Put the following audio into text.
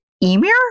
Emir